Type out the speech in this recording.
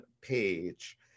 page